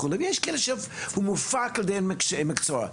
ויש סוג מסיבות שבהן ההפקה נעשית על ידי אנשי מקצוע.